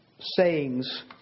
sayings